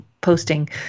posting